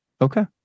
Okay